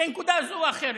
בנקודה זו או אחרת.